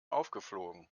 aufgeflogen